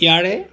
ইয়াৰে